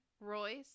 Royce